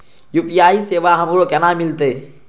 UPI सेवा हमरो केना मिलते?